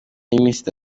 y’iminsi